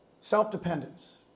self-dependence